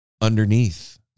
underneath